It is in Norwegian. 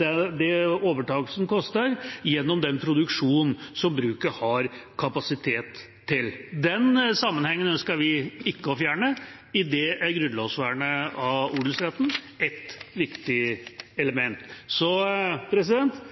det overtakelsen koster, gjennom den produksjon som bruket har kapasitet til. Den sammenhengen ønsker vi ikke å fjerne. I det er grunnlovsvernet av odelsretten et viktig